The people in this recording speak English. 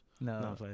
No